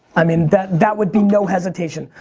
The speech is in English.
i mean that that would be no hesitation.